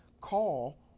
call